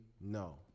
no